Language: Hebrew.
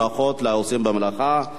ברכות לעושים במלאכה.